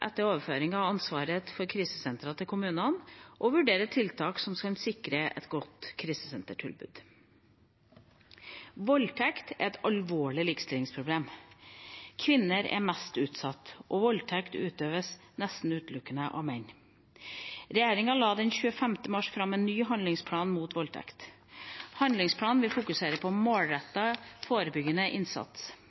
etter overføring av ansvaret for krisesentrene til kommunene, og vurdere tiltak som kan sikre et godt krisesentertilbud. Voldtekt er et alvorlig likestillingsproblem. Kvinner er mest utsatt, og voldtekt utøves nesten utelukkende av menn. Regjeringa la den 25. mars fram en ny handlingsplan mot voldtekt. Handlingsplanen vil fokusere på målrettet forebyggende innsats,